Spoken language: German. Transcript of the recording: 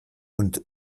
und